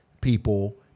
people